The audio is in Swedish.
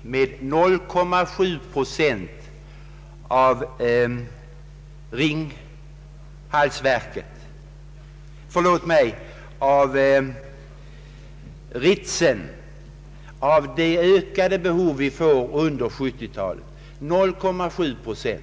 Ritsem 0,7 procent av ökningen av kraftbehovet under 1970 talet.